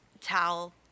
towel